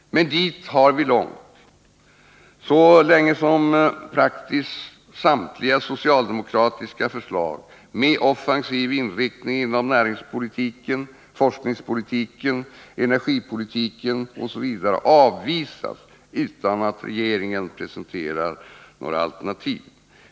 Men dit har vi långt, så länge som praktiskt taget samtliga socialdemokratiska förslag med offensiv inriktning inom näringspolitiken, forskningspolitiken, energipolitiken m.m. avvisas utan att regeringen presenterar några alternativ.